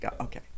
okay